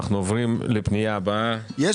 רוויזיה.